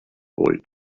boy